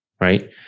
Right